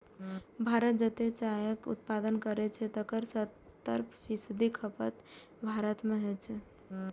भारत जतेक चायक उत्पादन करै छै, तकर सत्तर फीसदी खपत भारते मे होइ छै